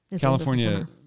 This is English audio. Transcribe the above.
California